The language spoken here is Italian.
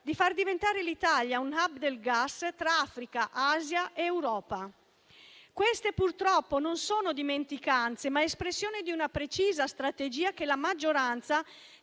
di far diventare l'Italia un *hub* del gas tra Africa, Asia ed Europa. Queste purtroppo non sono dimenticanze, ma sono espressione di una precisa strategia che la maggioranza